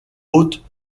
haute